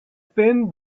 thin